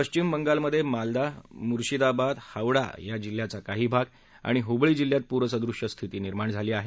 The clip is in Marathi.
पश्विम बंगालमध्ये मालदा मुरशिदाबाद हावडा जिल्ह्याचा काही भाग आणि हुबळी जिल्ह्यात पूरसदृश्य स्थिती निर्माण झाली आहे